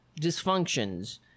dysfunctions